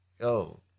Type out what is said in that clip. yo